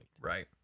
Right